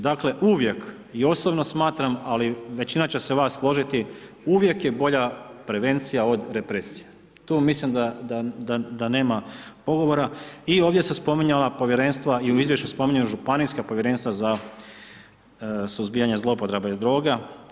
Dakle, uvijek i osobno smatram, ali većina će se vas složiti, uvijek je bolja prevencija od represije, tu mislim da nema pogovora i ovdje su se spominjala povjerenstva i u izvješću se spominju županijska povjerenstva za suzbijanje zlouporabe droga.